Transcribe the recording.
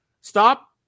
Stop